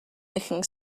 nicking